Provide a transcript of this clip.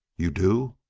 you do?